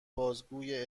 بازگویه